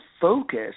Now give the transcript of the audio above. focus